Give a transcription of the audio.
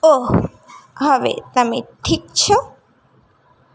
ઓહ હવે તમે ઠીક છો